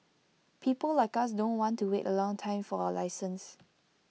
people like us don't want to wait A long time for A license